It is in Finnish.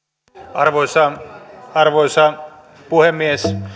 arvoisa arvoisa puhemies